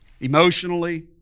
emotionally